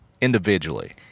individually